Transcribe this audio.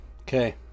Okay